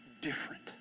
different